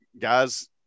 guys